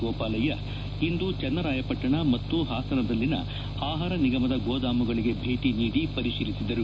ಗೋಪಾಲಯ್ದ ಇಂದು ಚನ್ನರಾಯಪಟ್ಟಣ ಮತ್ತು ಹಾಸನದಲ್ಲಿನ ಆಹಾರ ನಿಗಮದ ಗೋದಾಮುಗಳಿಗೆ ಭೇಟಿ ನೀಡಿ ಪರಿಶೀಲಿಸಿದರು